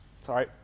Sorry